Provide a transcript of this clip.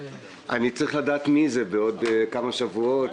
אני צריך לדעת מי יהיה שר האוצר בעוד כמה שבועות.